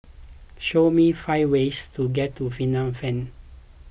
show me five ways to get to Phnom Penh